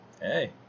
Hey